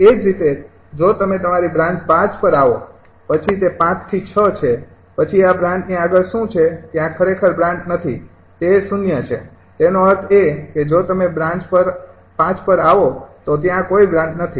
એ જ રીતે જો તમે તમારી બ્રાન્ચ ૫ પર આવો પછી તે ૫ થી ૬ છે પછી આ બ્રાન્ચની આગળ શું છે ત્યાં ખરેખર બ્રાન્ચ નથી તે 0 છે તેનો અર્થ એ કે જો તમે બ્રાન્ચ ૫ પર આવો તો ત્યાં કોઈ બ્રાન્ચ નથી